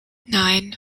nine